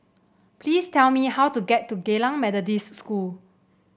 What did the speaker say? please tell me how to get to Geylang Methodist School